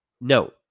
no